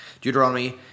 Deuteronomy